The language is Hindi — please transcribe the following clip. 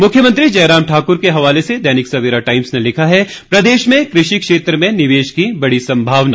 मुख्यमंत्री जयराम ठाकुर के हवाले से दैनिक सवेरा टाइम्स ने लिखा है प्रदेश में कृषि क्षेत्र में निवेश की बड़ी संभावना